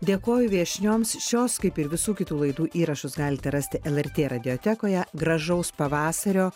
dėkoju viešnioms šios kaip ir visų kitų laidų įrašus galite rasti lrt radijotekoje gražaus pavasario